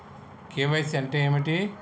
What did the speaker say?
KYC అంటే ఏమిటి?